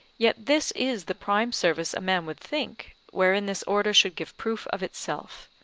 yet this is the prime service a man would think, wherein this order should give proof of itself.